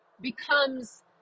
becomes